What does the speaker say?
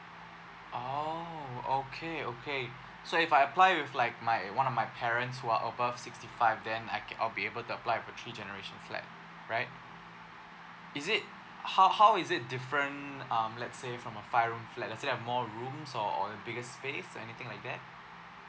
oh okay okay so if I apply with like my one of my parents who are over sixty five then I ca~ I'll be able to apply the three generation flat right is it ho~ how is it different um let's say from a five room flat let's say there're more rooms or or bigger space or anything like that